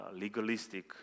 legalistic